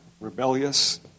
rebellious